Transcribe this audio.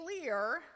clear